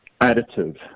additive